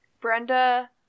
Brenda